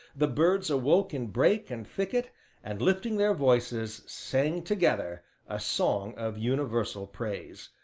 the birds awoke in brake and thicket and, lifting their voices, sang together, a song of universal praise.